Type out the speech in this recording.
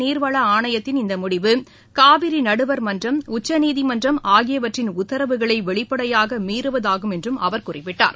நீர்வள ஆணையத்தின் இந்த முடிவு காவிரி நடுவர் மன்றம் உச்சநீதிமன்றம் மத்திய ஆகியவற்றின் உத்தரவுகளை வெளிப்படையாக மீறுவதாகும் என்றும் அவர் குறிப்பிட்டார்